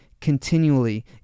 continually